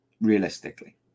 realistically